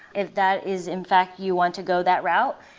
if that is in fact you want to go that route?